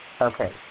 Okay